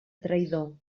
traïdor